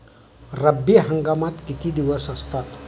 रब्बी हंगामात किती दिवस असतात?